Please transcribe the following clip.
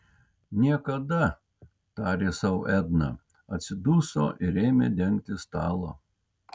niekada tarė sau edna atsiduso ir ėmė dengti stalą